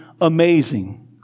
amazing